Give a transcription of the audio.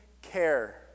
Care